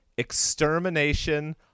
extermination